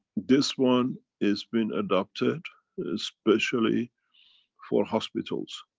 this one is been adopted especially for hospitals.